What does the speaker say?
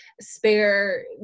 spare